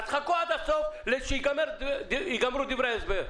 חכו עד הסוף ועד שייגמרו דברי ההסבר.